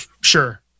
Sure